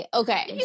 okay